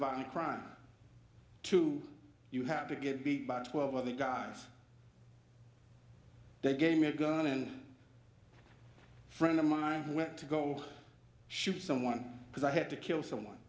violent crime two you have to get beat by twelve other guys they gave me a gun and friend of mine who went to go shoot someone because i had to kill someone